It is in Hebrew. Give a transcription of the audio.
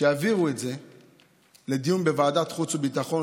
שיעבירו את זה לדיון בוועדת חוץ וביטחון.